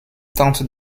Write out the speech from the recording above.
tente